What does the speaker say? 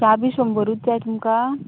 च्या बी शंबरूत जाय तुमकां